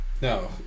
No